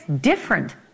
different